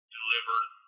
delivered